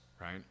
right